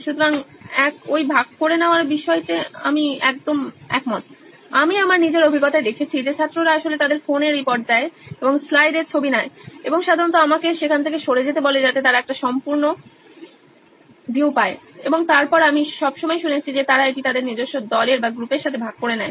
সুতরাং এক ওই ভাগ করার বিষয়ে আমি সম্পূর্ণ একমত আমি আমার নিজের অভিজ্ঞতায় দেখেছি যে ছাত্ররা আসলে তাদের ফোনে রিপোর্ট দেয় এবং স্লাইডের ছবি নেয় এবং সাধারণত আমাকে সেখান থেকে সরে যেতে বলে যাতে তারা একটি সম্পূর্ণ দেখতে পারে এবং তারপর আমি সবসময় শুনেছি যে তারা এটি তাদের নিজস্ব দলের সাথে ভাগ করে নেয়